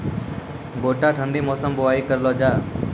गोटा ठंडी मौसम बुवाई करऽ लो जा?